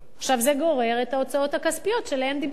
עכשיו, זה גורר את ההוצאות הכספיות שעליהן דיברתי,